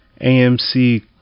AMC